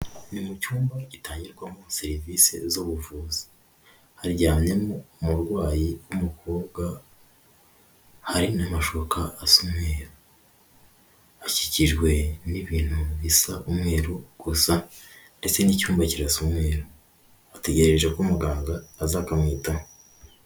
Ni mu cyumba gitangirwamo serivisi z'ubuvuzi hajyamyemo umurwayi w'umukobwa, hari n'amashuka asa umweru, akikijwe n'ibintu bisa umweru gusa ndetse n'icyumba kirasa umweru, ategereje ko muganga aza akamwitaho.